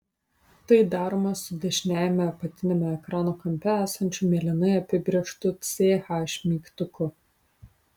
tai daroma su dešiniajame apatiniame ekrano kampe esančiu mėlynai apibrėžtu ch mygtuku